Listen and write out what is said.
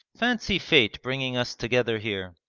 fancy fate bringing us together here!